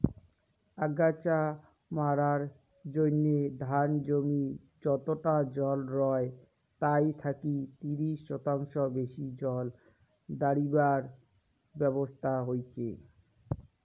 আগাছা মারার জইন্যে ধান জমি যতটা জল রয় তাই থাকি ত্রিশ শতাংশ বেশি জল দাড়িবার ব্যবছস্থা হইচে